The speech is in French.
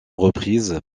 reprise